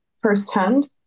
firsthand